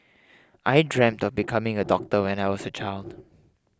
I dreamt of becoming a doctor when I was a child